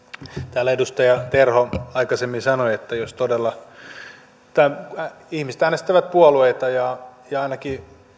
täällä edustaja terho aikaisemmin sanoi todella ihmiset äänestävät puolueita ja ja ainakin